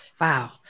Wow